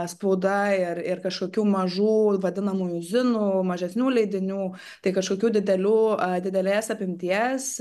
spauda ir ir kažkokių mažų vadinamųjų zinų mažesnių leidinių tai kažkokių didelių didelės apimties